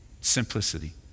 Simplicity